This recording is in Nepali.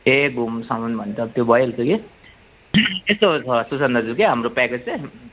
ए घुमसम्म भने त त्यो भइहल्छ कि यस्तो छ सुसन दाजु क्या हाम्रो प्याकेज चाहिँ